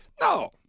No